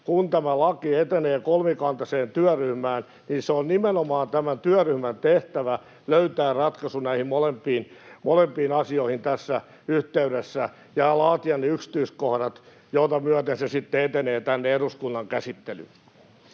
kun tämä laki etenee kolmikantaiseen työryhmään, se on nimenomaan tämän työryhmän tehtävä löytää ratkaisu näihin molempiin asioihin ja laatia ne yksityiskohdat, minkä myötä se sitten etenee tänne eduskunnan käsittelyyn.